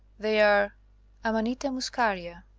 they are amainta muscaria.